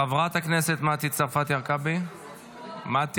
חברת הכנסת מטי צרפתי הרכבי, מדברת?